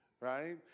right